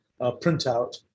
printout